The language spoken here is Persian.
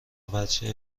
وجه